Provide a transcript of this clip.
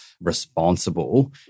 responsible